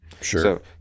Sure